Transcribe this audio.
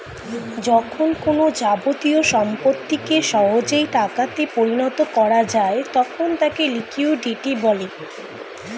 যখন কোনো যাবতীয় সম্পত্তিকে সহজেই টাকা তে পরিণত করা যায় তখন তাকে লিকুইডিটি বলে